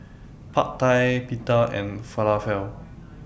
Pad Thai Pita and Falafel